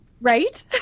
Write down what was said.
Right